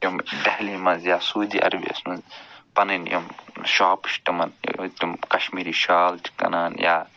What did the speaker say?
یِم دہلی منٛز یا سعودی عربِیاہَس منٛز پَنٕںۍ یِم شاپٕس چھِ تِمَن ییٚتہِ تِم کَشمیٖری شال چھِ کٕنان یا